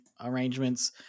arrangements